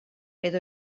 edo